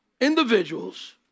individuals